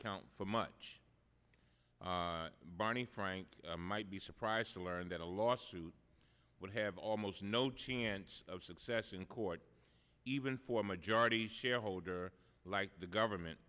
count for much barney frank might be surprised to learn that a lawsuit would have almost no chance of success in court even for a majority shareholder like the